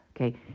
okay